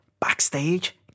Backstage